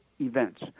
events